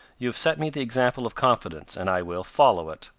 you have set me the example of confidence, and i will follow it.